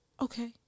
okay